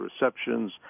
receptions